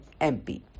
MP